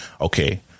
Okay